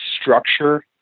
structure